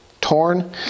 torn